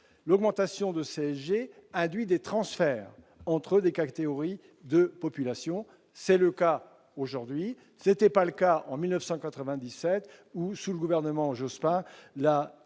l'augmentation de CSG induit des transferts entre lesquels théorie de population, c'est le cas aujourd'hui, c'était pas le cas en 1997 ou sous le gouvernement Jospin